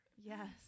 Yes